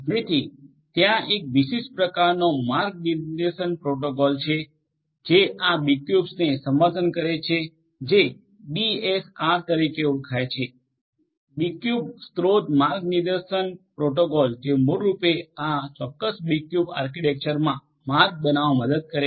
જેથી ત્યાં એક વિશિષ્ટ પ્રકારનો માર્ગ નિર્દેશન પ્રોટોકોલ છે જે આ બીક્યુબને સમર્થન કરે છે જે બીએસઆર તરીકે ઓળખાય છે બીક્યુબ સ્રોત માર્ગ નિર્દેશન પ્રોટોકોલ જે મૂળરૂપે આ ચોક્કસ બીક્યુબ આર્કિટેક્ચરમાં માર્ગ બનાવવામા મદદ કરે છે